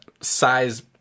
size